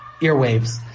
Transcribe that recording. earwaves